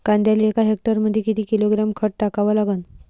कांद्याले एका हेक्टरमंदी किती किलोग्रॅम खत टाकावं लागन?